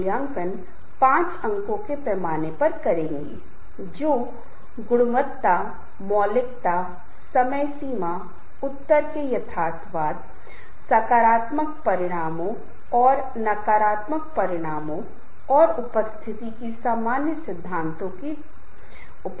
समूह सदस्य प्रक्रिया से शुरू करते हुएजो पहले विषय सदस्यों का ज्ञान क्षमताए कौशल और व्यक्तित्व विशेषतायों जो सुजनता आत्मा निर्भरता और आजादी वो साधन है जिन्हे समूह के सदस्य अपने आप मे लाने है